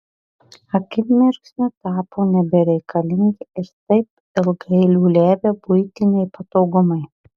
akimirksniu tapo nebereikalingi ir taip ilgai liūliavę buitiniai patogumai